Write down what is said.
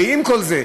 ועם כל זה,